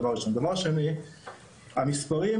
דבר אחר, לצערי המספרים